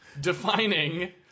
defining